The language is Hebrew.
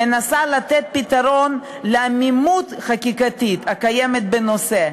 מנסה לתת פתרון לעמימות החקיקתית הקיימת בנושא,